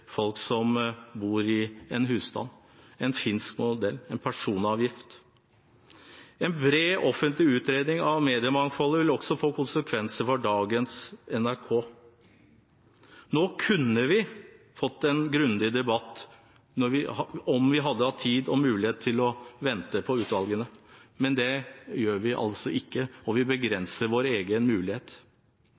folk som bor i en husstand – en finsk modell, en personavgift. En bred offentlig utredning av mediemangfoldet vil også få konsekvenser for dagens NRK. Nå kunne vi fått en grundig debatt om vi hadde hatt tid og mulighet til å vente på utvalgene, men det gjør vi altså ikke, og vi begrenser vår egen mulighet.